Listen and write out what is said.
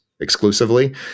exclusively